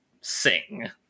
sing